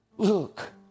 Look